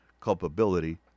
culpability